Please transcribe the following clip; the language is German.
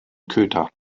köter